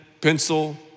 pencil